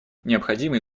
необходимый